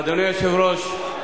אדוני היושב-ראש,